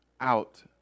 out